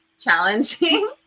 challenging